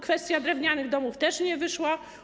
Kwestia drewnianych domów też nie wyszła.